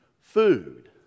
food